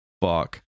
fuck